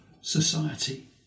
society